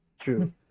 true